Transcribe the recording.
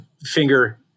Finger